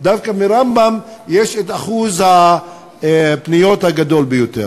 דווקא ברמב"ם יש את אחוז הפניות הגדול ביותר.